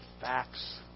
facts